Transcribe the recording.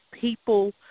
people